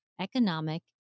economic